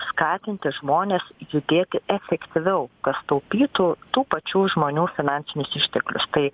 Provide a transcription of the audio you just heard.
skatinti žmones judėti efektyviau kas taupytų tų pačių žmonių finansinius išteklius tai